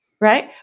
Right